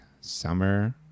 summer